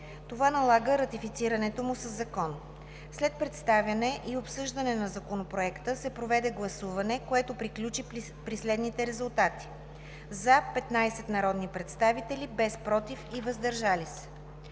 Това налага ратифицирането му със закон. След представяне и обсъждане на Законопроекта се проведе гласуване, което приключи при следните резултати: „за“ – 15 народни представители, без „против“ и „въздържал се“.